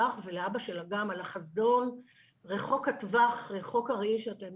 לך ולאביה של אגם ז"ל על החזון רחוק הטווח ורחוק הראי שאתם